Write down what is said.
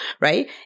right